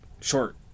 short